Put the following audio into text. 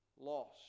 Lost